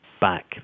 back